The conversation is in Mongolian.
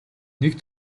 нэг